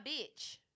bitch